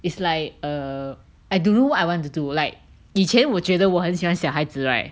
it's like err I don't know I want to do like 以前我觉得我很喜欢小孩子 right